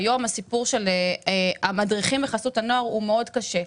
היום הסיפור של המדריכים בחסות הנוער הוא מאוד קשה.